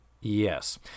Yes